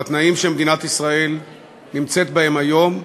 בתנאים שמדינת ישראל נמצאת בהם היום,